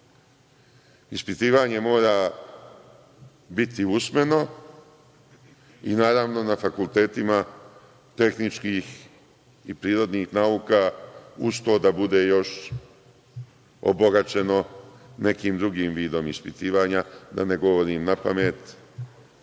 Ispitivanje mora biti usmeno, naravno na fakultetima tehničkih i prirodnih nauka, uz to da bude obogaćeno još nekim drugim vidom ispitivanja, da ne govorim napamet,